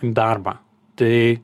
darbą tai